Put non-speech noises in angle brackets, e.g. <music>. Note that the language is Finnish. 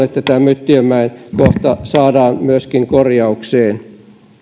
<unintelligible> että tämä myttiönmäen kohta saadaan myöskin korjaukseen